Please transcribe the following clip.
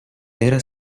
era